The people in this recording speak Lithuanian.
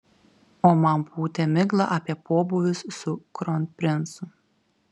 o man pūtė miglą apie pobūvius su kronprincu